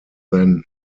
than